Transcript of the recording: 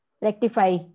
rectify